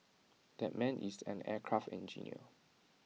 that man is an aircraft engineer